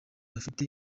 bafite